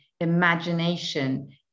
imagination